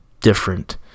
different